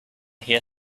here